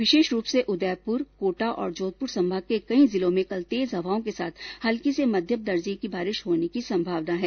विशेष रूप से उदयपुर कोटा और जोधपुर संभाग के कई जिलों में कल तेज हवाओं के साथ हल्की से मध्यम दर्जे की बारिश होने की संभावना है